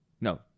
No